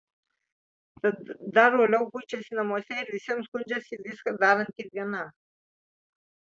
tad dar uoliau kuičiasi namuose ir visiems skundžiasi viską daranti viena